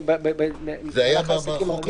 זה היה בחוק הגדול.